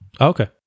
Okay